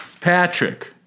Patrick